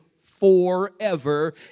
forever